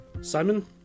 Simon